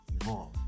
evolve